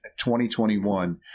2021